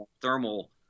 thermal